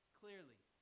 clearly